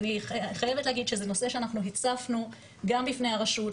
אני חייבת להגיד שזה נושא שאנחנו הצפנו גם בפני הרשות,